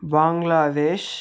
Bangladesh